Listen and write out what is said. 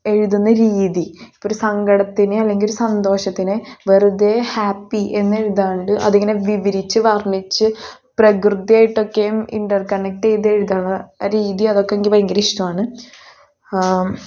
എഴുതുന്ന രീതി ഇപ്പമൊരു സങ്കടത്തിന് അല്ലെങ്കിൽ ഒരു സന്തോഷത്തിന് വെറുതെ ഹാപ്പി എന്നെഴുതാണ്ട് അതിങ്ങനെ വിവരിച്ച് വർണ്ണിച്ച് പ്രകൃതിയായിട്ടൊക്കേം ഇൻറ്റർ കണക്ട് ചെയ്ത് എഴുതണത് രീതി അതൊക്കെ എനിക്ക് ഭയങ്കര ഇഷ്ട്ടമാണ്